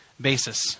basis